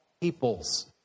peoples